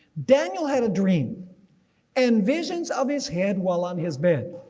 daniel had a dream and visions of his head while on his bed.